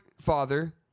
father